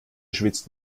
schwitzt